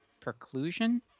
preclusion